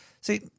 See